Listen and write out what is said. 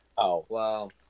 Wow